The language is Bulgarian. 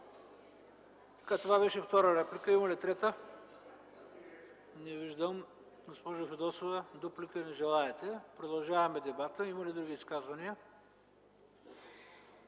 Това беше втора реплика. Трета реплика има ли? Не виждам. Госпожо Фидосова, дуплика? Не желаете. Продължаваме дебата. Има ли други изказвания?